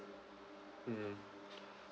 mm